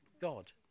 God